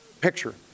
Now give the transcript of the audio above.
picture